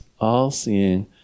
all-seeing